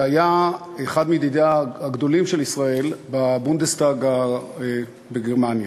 שהיה אחד מידידיה הגדולים של ישראל בבונדסטאג בגרמניה.